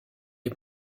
est